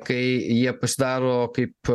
kai jie pasidaro kaip